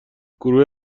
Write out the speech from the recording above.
گروه